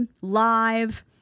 live